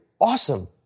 awesome